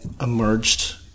emerged